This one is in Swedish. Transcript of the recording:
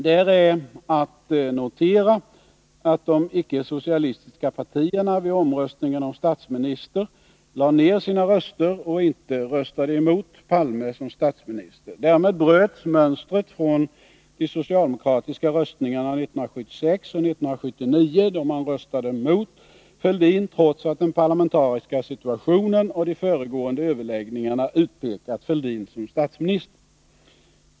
Där är att notera att de icke socialistiska partierna vid omröstningen om statsminister lade ner sina röster och inte röstade emot Palme som statsminister. Därmed bröts mönstret från de socialdemokratiska röstningarna 1976 och 1979, då man röstade mot Fälldin, trots att den parlamentariska situationen och de föregående överläggningarna utpekat Fälldin som statsminister.